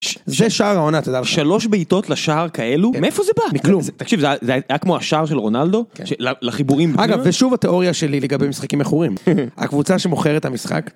זה שער העונה תדע לך. שלוש בעיטות לשער כאלו, מאיפה זה בא? מכלום.תקשיב, זה היה כמו השער של רונלדו. כן. לחיבורים. אגב ושוב התיאוריה שלי לגבי משחקים מכורים, הקבוצה שמוכרת המשחק.